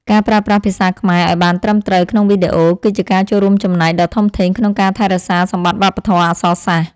ការប្រើប្រាស់ភាសាខ្មែរឱ្យបានត្រឹមត្រូវក្នុងវីដេអូ គឺជាការចូលរួមចំណែកដ៏ធំធេងក្នុងការថែរក្សាសម្បត្តិវប្បធម៌អក្សរសាស្ត្រ។